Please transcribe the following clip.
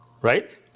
right